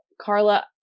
Carla